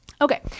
Okay